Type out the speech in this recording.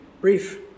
brief